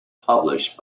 published